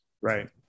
Right